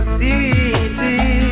city